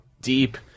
deep